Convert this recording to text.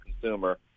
consumer